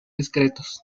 discretos